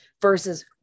versus